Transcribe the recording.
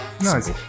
Nice